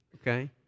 okay